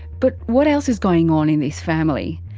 but what else is going on in this family?